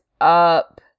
up